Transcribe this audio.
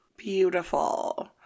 Beautiful